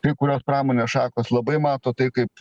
kai kurios pramonės šakos labai mato tai kaip